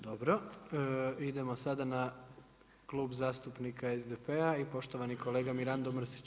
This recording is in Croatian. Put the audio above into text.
Dobro, idemo sada na Klub zastupnika SDP-a i poštovani kolega Mirando Mrsić.